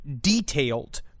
detailed